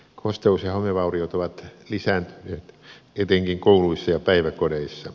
kosteus ja homevauriot ovat lisääntyneet etenkin kouluissa ja päiväkodeissa